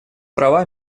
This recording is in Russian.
права